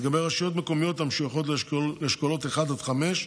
לגבי רשויות מקומיות המשויכות לאשכולות 1 עד 5,